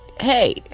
hey